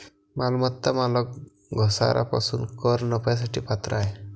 मालमत्ता मालक घसारा पासून कर नफ्यासाठी पात्र आहे